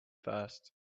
first